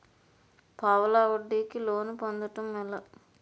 పావలా వడ్డీ కి లోన్ పొందటం ఎలా?